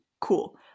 cool